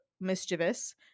mischievous